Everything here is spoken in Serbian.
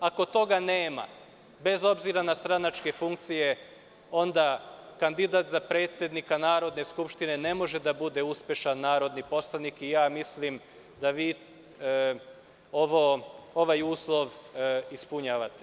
Ako toga nema, bez obzira na stranačke funkcije, onda kandidat za predsednika Narodne skupštine ne može da bude uspešan narodni poslanik i mislim da vi ovaj uslov ispunjavate.